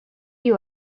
you